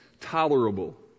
tolerable